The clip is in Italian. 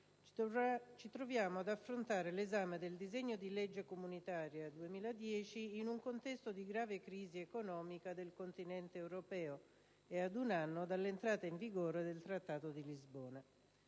ci troviamo ad affrontare l'esame del disegno di legge comunitaria 2010 in un contesto di grave crisi economica del continente europeo e ad un anno dall'entrata in vigore del Trattato di Lisbona.